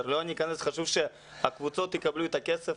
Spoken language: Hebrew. חשוב שהקבוצות יקבלו את הכסף.